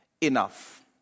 enough